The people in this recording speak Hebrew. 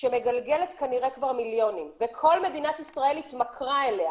שמגלגלת כנראה כבר מיליונים וכל מדינת ישראל התמכרה אליה,